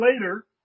later